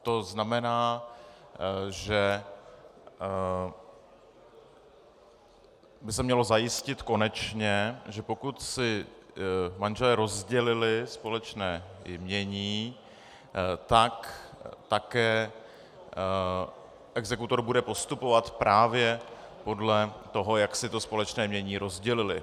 To znamená, že by se mělo konečně zajistit, že pokud si manželé rozdělili společné jmění, tak také exekutor bude postupovat právě podle toho, jak si to společné jmění rozdělili.